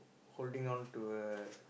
holding on to a